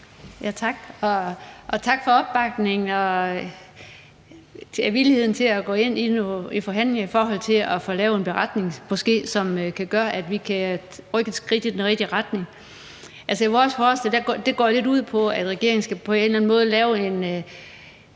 Tak, og tak for opbakningen og villigheden til at gå ind i nogle forhandlinger med henblik på måske at få lavet en beretning, der kan gøre, at vi kan rykke et skridt i den rigtige retning. Vores forslag går jo lidt ud på, at regeringen på en eller anden måde skal